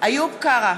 איוב קרא,